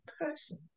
person